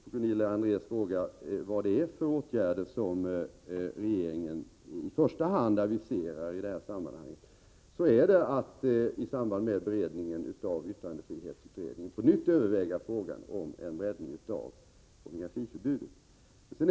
På Gunilla Andrés fråga vilka åtgärder som regeringen i första hand aviserar i detta sammanhang vill jag svara att i samband med beredningen av yttrandefrihetsutredningen övervägs på nytt frågan om en breddning av pornografiförbudet.